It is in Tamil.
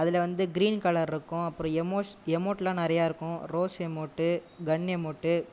அதில் வந்து க்ரீன் கலர் இருக்கும் அப்புறம் எமோஷ் எமோட்லாம் நிறையா இருக்கும் ரோஸ் எமோட் கன் எமோட்